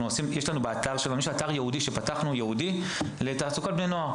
יש לנו אתר ייעודי שפתחנו לתעסוקת בני נוער,